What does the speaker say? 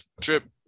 trip